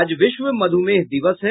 आज विश्व मधुमेह दिवस है